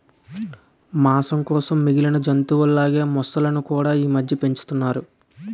మాంసం కోసం మిగిలిన జంతువుల లాగే మొసళ్ళును కూడా ఈమధ్య పెంచుతున్నారు